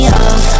off